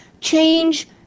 change